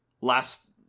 Last